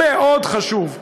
מאוד חשוב,